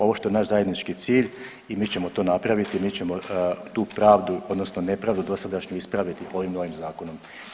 Ovo što je naš zajednički cilj i mi ćemo napraviti, mi ćemo tu pravdu odnosno nepravdu dosadašnju ispraviti ovim novim zakonom.